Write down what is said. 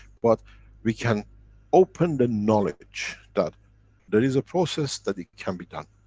but we can open the knowledge that there is a process that it can be done.